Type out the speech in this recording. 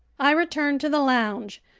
i returned to the lounge,